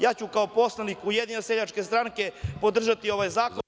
Ja ću kao poslanik Ujedinjene seljačke stranke podržati ovaj zakon.